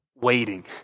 Waiting